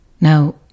Now